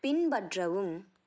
பின்பற்றவும்